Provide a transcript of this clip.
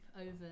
over